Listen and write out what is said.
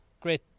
great